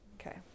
Okay